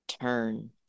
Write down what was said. turn